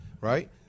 Right